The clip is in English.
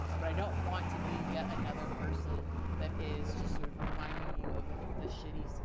but i don't want to be yet another person that is just sort of reminding you of the, the shitty,